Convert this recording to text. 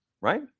Right